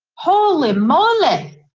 holy moly.